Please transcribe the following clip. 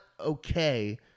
okay